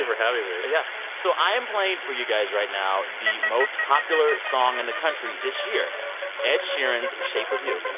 you for having me yeah. so i am playing for you guys right now the most popular song in the country this year ed sheeran's shape of you.